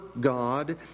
God